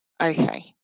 okay